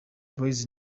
boyz